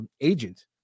agent